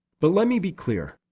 but let me be clear,